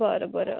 बरं बरं